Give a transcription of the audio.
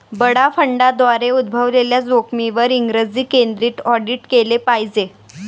बडा फंडांद्वारे उद्भवलेल्या जोखमींवर इंग्रजी केंद्रित ऑडिट केले पाहिजे